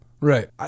Right